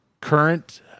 current –